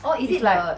is like